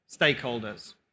stakeholders